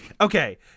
Okay